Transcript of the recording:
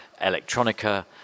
electronica